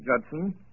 Judson